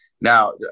now